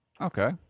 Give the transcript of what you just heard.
Okay